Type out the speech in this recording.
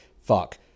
fuck